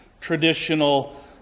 traditional